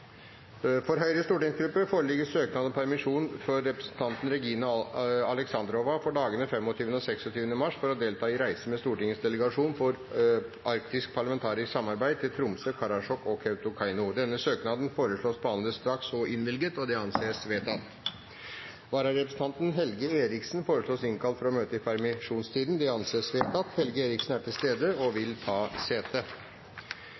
Høyres stortingsgruppe foreligger søknad om permisjon for representanten Regina Alexandrova i dagene 25. og 26. mars for å delta i reise med Stortingets delegasjon for arktisk parlamentarisk samarbeid til Tromsø, Karasjok og Kautokeino. Etter forslag fra presidenten ble enstemmig besluttet: Søknaden behandles straks og innvilges. Vararepresentanten, Helge Eriksen, innkalles for å møte i permisjonstiden. Helge Eriksen er til stede og vil ta sete.